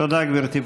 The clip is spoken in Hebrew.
תודה, גברתי.